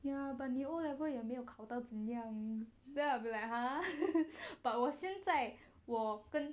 ya but 你 O level 也没有考得怎样 eh then I'll be like !huh! but 我现在我跟